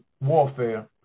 warfare